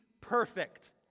perfect